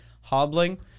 hobbling